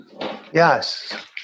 Yes